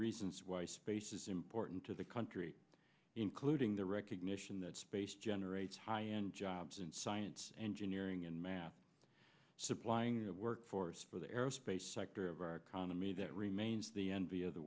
reasons why space is important to the country including the recognition that space generates high end jobs in science engineering and math supplying the workforce for the aerospace sector of our economy that remains the envy of the